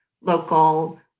local